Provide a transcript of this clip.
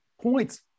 points